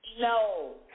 No